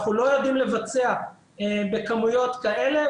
אנחנו לא יודעים לבצע בכמויות כאלה.